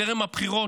טרם הבחירות,